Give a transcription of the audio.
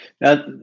Now